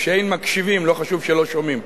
כשאין מקשיבים לא חשוב שלא שומעים.